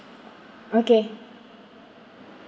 okay